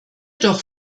durch